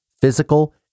physical